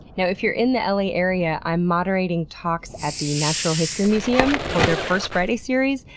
you know if you're in the la area, i'm moderating talks at the natural history museum for their first friday series,